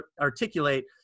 articulate